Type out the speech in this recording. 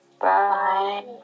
Bye